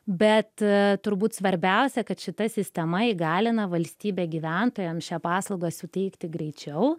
bet turbūt svarbiausia kad šita sistema įgalina valstybė gyventojams šią paslaugą suteikti greičiau